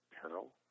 peril